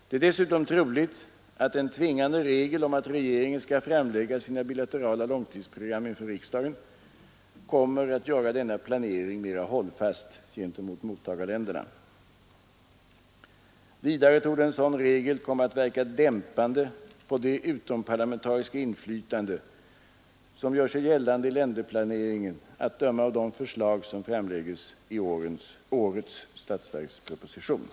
Det är dessutom troligt att en tvingande regel om att regeringen skall framlägga sina bilaterala långtidsprogram inför riksdagen kommer att göra denna planering mera hållfast gentemot mottagarländerna. Vidare torde en sådan regel komma att verka dämpande på det utomparlamentariska inflytande som gör sig gällande i länderplaneringen, att döma av de förslag som framläggs i årets statsverksproposition.